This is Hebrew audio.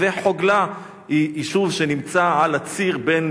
וחוגלה הוא יישוב שנמצא על הציר בין